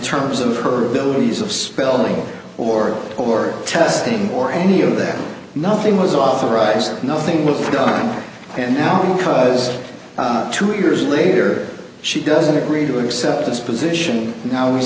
terms of her abilities of spelling or for testing or any of that nothing was authorized nothing was done and now because two years later she doesn't agree to accept this position now we